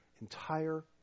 entire